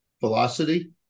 velocity